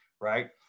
right